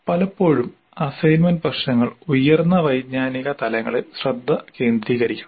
പലപ്പോഴും അസൈൻമെന്റ് പ്രശ്നങ്ങൾ ഉയർന്ന വൈജ്ഞാനിക തലങ്ങളിൽ ശ്രദ്ധ കേന്ദ്രീകരിക്കണം